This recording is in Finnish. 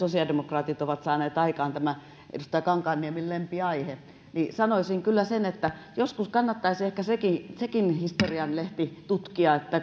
sosiaalidemokraatit ovat saaneet aikaan tämä on edustaja kankaanniemen lempiaihe niin sanoisin kyllä sen että joskus kannattaisi ehkä sekin sekin historianlehti tutkia